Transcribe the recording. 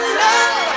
love